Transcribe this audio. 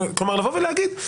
כלומר, זה לבוא ולהגיד: